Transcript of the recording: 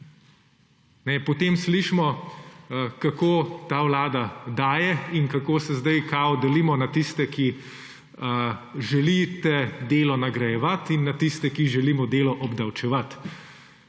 Potem slišimo, kako ta vlada daje in kako se sedaj kao delimo na tiste, ki želite delo nagrajevati, in na tiste, ki želimo delo obdavčevati.